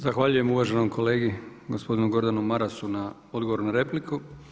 Zahvaljujem uvaženom kolegi gospodinu Gordanu Marasu na odgovoru na repliku.